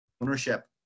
ownership